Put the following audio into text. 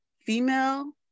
female